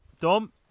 dom